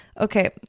Okay